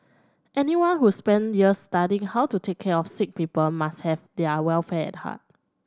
anyone who spend years studying how to take care of sick people must have their welfare at heart